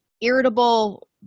irritable